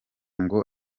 ngo